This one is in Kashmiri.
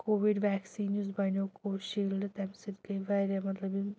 کووِڈ وٮ۪کسیٖن یُس بَنیو کوشیٖلڈٕ تَمہِ سۭتۍ گٔے واریاہ مطلب یِم